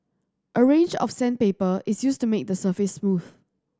a range of sandpaper is used to make the surface smooth